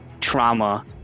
trauma